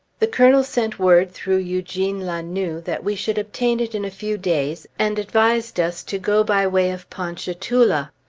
the colonel sent word through eugene la noue that we should obtain it in a few days, and advised us to go by way of ponchatoula.